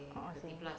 a'ah seh